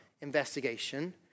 investigation